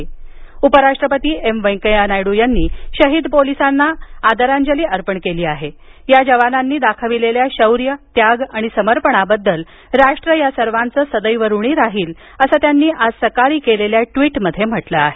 नायडू उपराष्ट्रपती एम वेंकय्या नायडू यांनी शहीद पोलीस जवानांना आदरांजली अर्पण केली आहे या जवानांनी दाखविलेल्या शौर्य त्याग आणि समर्पणाबद्दल राष्ट्र या सर्वाचे सद्धाक्रणी राहील असं त्यांनी आज सकाळी केलेल्या ट्वीटमध्ये म्हटलं आहे